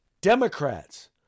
Democrats